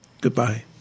Goodbye